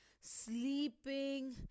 sleeping